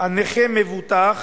הנכה מבוטח